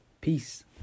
peace